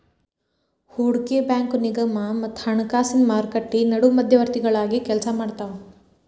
ಹೂಡಕಿ ಬ್ಯಾಂಕು ನಿಗಮ ಮತ್ತ ಹಣಕಾಸಿನ್ ಮಾರುಕಟ್ಟಿ ನಡು ಮಧ್ಯವರ್ತಿಗಳಾಗಿ ಕೆಲ್ಸಾಮಾಡ್ತಾವ